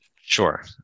Sure